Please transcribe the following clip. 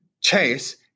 Chase